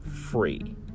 free